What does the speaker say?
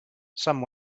some